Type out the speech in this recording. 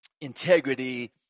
Integrity